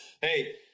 hey